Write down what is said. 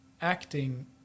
acting